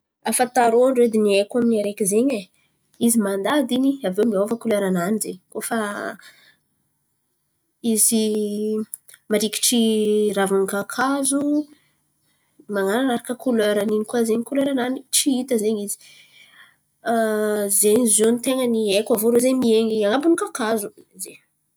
Afa tarôndro edy ny haiko amy araiky zen̈y e! Izy mandady in̈y aviô miova kolera-nany ze koa fa izy marikitry raviny kakazo man̈araka koleran’ny in̈y koa ze koleranany tsy hita zen̈y izy. An ze zio ny tain̈a ny haiko aviô irô mihain̈y an̈abony kakazo.